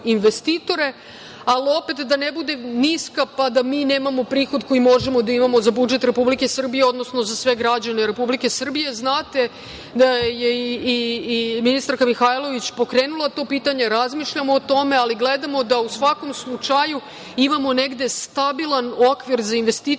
investitore, a opet da ne bude niska, pa da mi nemamo prihod za budžet Republike Srbije, odnosno za sve građane Republike Srbije. Znate da je i ministarka Mihajlović pokrenula to pitanje, razmišljamo o tome, ali gledamo da u svakom slučaju imamo negde stabilan okvir za investitore,